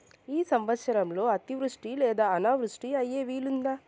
ఈ సంవత్సరంలో అతివృష్టి లేదా అనావృష్టి అయ్యే వీలుందా?